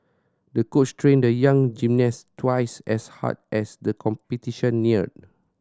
the coach trained the young gymnast twice as hard as the competition neared